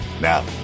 Now